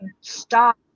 stop